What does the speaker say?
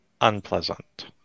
unpleasant